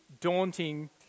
daunting